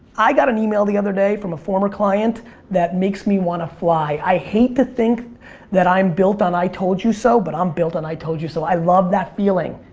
i got an email the other day from a former client that makes me want to fly. i hate to think that i am built on i told you so but i'm build on i told you so. i love that feeling.